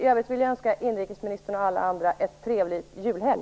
I övrigt önskar jag inrikesministern och alla andra en trevlig julhelg.